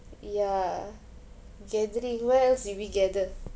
ya gathering where else did we gather